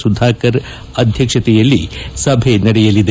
ಸುಧಾಕರ್ ಅಧ್ಯಕ್ಷತೆಯಲ್ಲಿ ಸಭೆ ನಡೆಯಲಿದೆ